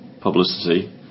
publicity